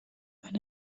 when